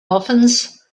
muffins